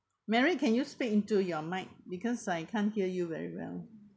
mary can you speak into your mic because I can't hear you very well